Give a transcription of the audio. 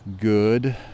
good